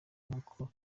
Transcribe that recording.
nkuko